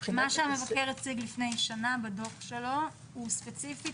מה שהמבקר הציג לפני שנה בדוח שלו הוא ספציפית